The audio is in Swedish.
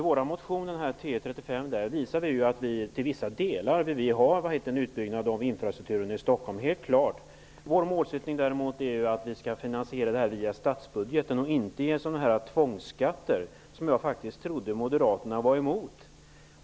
Herr talman! I vår motion T35 visar vi att vi till vissa delar vill ha en utbyggnad av infrastrukturen i Stockholm. Vår målsättning är däremot att finansieringen skall ske via statsbudgeten och inte genom tvångsskatter -- som jag trodde att Moderaterna var emot.